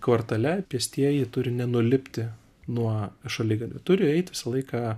kvartale pėstieji turi nenulipti nuo šaligatvio turi eit visą laiką